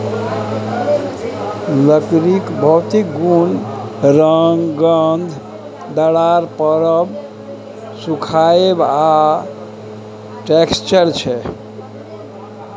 लकड़ीक भौतिक गुण रंग, गंध, दरार परब, सुखाएब आ टैक्सचर छै